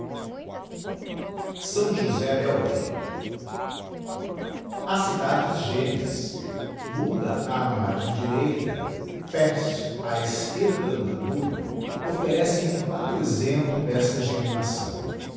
s josédel rey ha cidades gémeas buda á margem direita pest á esquerda do danúbio offerecem claro exemplo digiti zedby google desta geminação